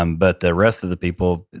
um but, the rest of the people,